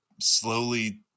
slowly